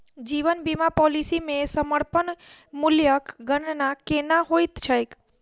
जीवन बीमा पॉलिसी मे समर्पण मूल्यक गणना केना होइत छैक?